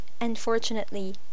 unfortunately